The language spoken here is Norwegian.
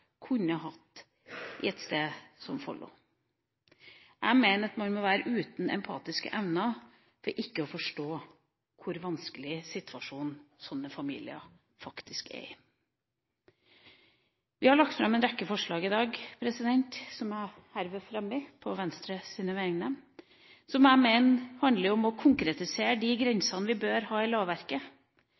kunne hatt på et sted som Follo. Jeg mener at man må være uten empatiske evner for ikke forstå hvilken vanskelig situasjon slike familier faktisk er i. Vi har lagt fram en rekke forslag i dag, som jeg herved fremmer på vegne av Venstre. Jeg mener at disse forslagene handler om å konkretisere de grensene vi bør ha i lovverket,